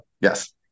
yes